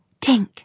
Tink